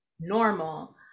normal